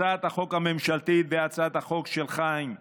הצעת החוק הממשלתית והצעת החוק של חיים כץ,